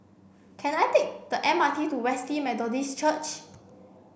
can I take the M R T to Wesley Methodist Church